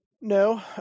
No